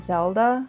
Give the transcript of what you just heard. Zelda